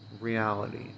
reality